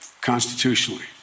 constitutionally